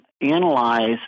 analyze